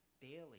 daily